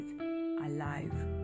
alive